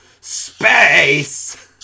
Space